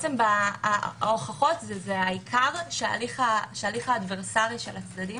ההוכחות זה העיקר שההליך האדברסרי של הדברים